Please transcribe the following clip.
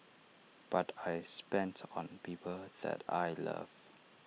but I spend on people that I love